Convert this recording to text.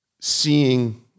seeing